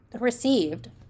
received